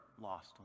lost